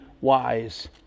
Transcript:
wise